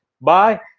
Bye